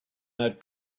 that